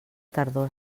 tardor